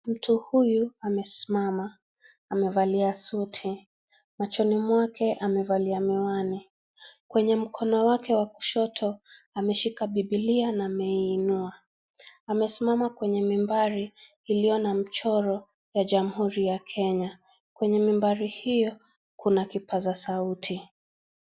Mtu huyu amesimama. Amevalia suti. Machoni mwake amevalia miwani. Kwenye mkono wake wa kushoto ameshika Bibilia na ameinua. Amesimama kwenye mimbari iliyo na mchoro ya jamhuri ya Kenya. Kwenye mimbari hiyo kuna kipaza sauti.